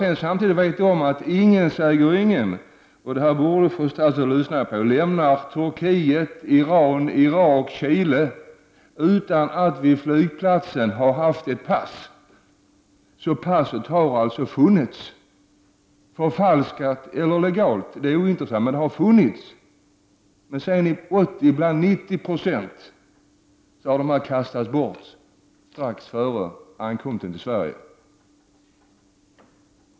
Men samtidigt vet vi att ingen — det borde också fru statsrådet notera — lämnar Turkiet, Iran, Irak eller Chile utan att på flygplatsen ha haft ett pass. Ett pass — förfalskat eller legalt — har alltså funnits, men i 80-90 26 av fallen har de kastats bort strax före flyktingens ankomst till Sverige.